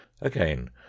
again